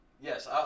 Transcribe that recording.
Yes